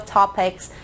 topics